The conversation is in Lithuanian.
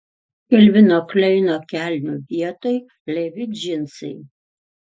kelvino kleino kelnių vietoj levi džinsai